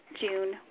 June